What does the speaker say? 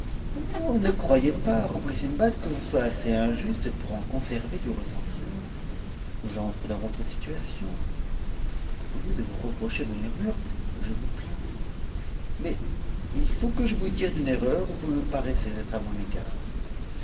ne croyez pas reprit sindbad que je sois assez injuste pour en conserver du ressentiment j'entre dans votre situation au ieu de vous reprocher vos murmures je vous plains mais il faut que je vous tire d'une erreur où vous me paraissez être à mon égard